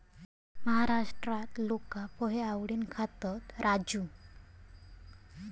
महाराष्ट्रात लोका पोहे आवडीन खातत, राजू